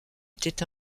était